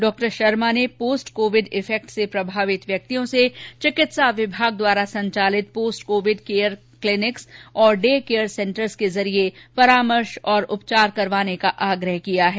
डॉ शर्मा ने post covid effect से प्रभावित व्यक्तियों से चिकित्सा विभाग द्वारा संचालित पोस्ट कोविड केयर क्लिनिक्स और डे केयर सेंटर्स के जरिए परामर्श और उपचार करवाने का आग्रह किया है